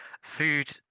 food